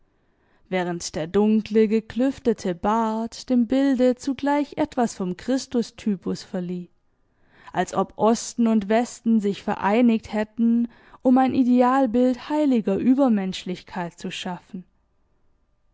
während der dunkle geklüftete bart dem bilde zugleich etwas vom christustypus verlieh als ob osten und westen sich vereinigt hätten um ein idealbild heiliger übermenschlichkeit zu schaffen